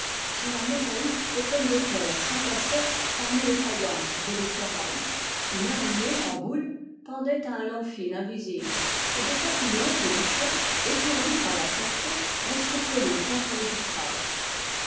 des pommes de terre s'entassaient parmi les faïences et les ferrailles une araignée en boule pendait à un long fil invisible et des papillons pelucheux étourdis par la clarté restaient collés contre le vitrage